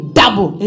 double